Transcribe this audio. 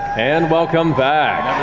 and welcome back.